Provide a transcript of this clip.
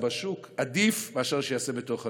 בשוק זה עדיף מאשר שיעשה בתוך חנות.